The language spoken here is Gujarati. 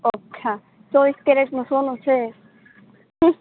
અચ્છા ચોવીસ કેરેટનું સોનું છે હં